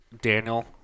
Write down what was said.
Daniel